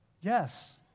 Yes